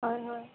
হয় হয়